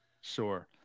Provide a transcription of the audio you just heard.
Sure